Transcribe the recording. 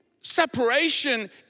Separation